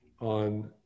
on